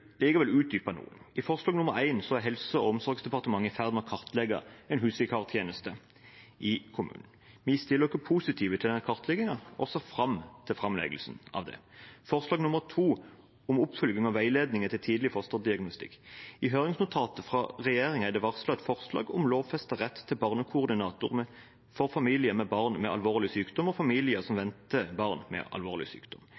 likevel utdype noe: Når det gjelder representantforslag nr. 1, er Helse- og omsorgsdepartementet i ferd med å kartlegge husvikartjenester i kommunene. Vi stiller oss positive til den kartleggingen og ser fram til framleggelsen av det. Til representantforslag nr. 2, om oppfølging og veiledning etter tidlig fosterdiagnostikk: I høringsnotatet fra regjeringen er det varslet et forslag om lovfestet rett til barnekoordinator for familier med barn med alvorlig sykdom og familier som venter barn med alvorlig sykdom.